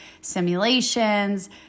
simulations